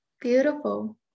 Beautiful